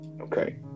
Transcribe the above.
Okay